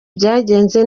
byagenze